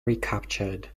recaptured